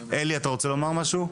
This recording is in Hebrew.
אלי, אתה רוצה לומר משהו?